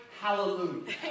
Hallelujah